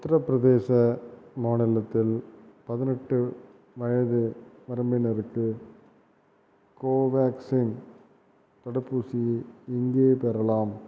உத்தரப்பிரதேச மாநிலத்தில் பதினெட்டு வயது வரம்பினருக்கு கோவேக்சின் தடுப்பூசியை எங்கே பெறலாம்